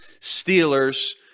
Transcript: Steelers